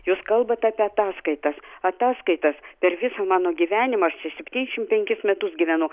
jūs kalbate apie ataskaitas ataskaitas per visą mano gyvenimą aš čia septyniasdešimt penkis metus gyvenu